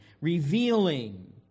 revealing